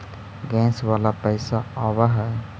Gas वाला पैसा आव है?